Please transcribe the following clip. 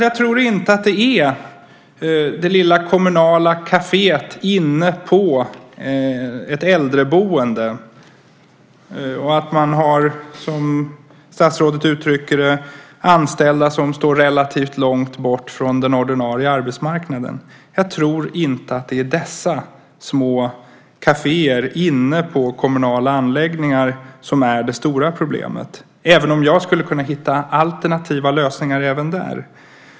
Jag tror inte att det är det lilla kommunala kaféet inne på ett äldreboende och att man har anställda, som statsrådet uttrycker det, som står relativt långt bort från den ordinarie arbetsmarknaden. Jag tror inte att det är dessa små kaféer inne på kommunala anläggningar som är det stora problemet, även om jag skulle kunna hitta alternativa lösningar även där.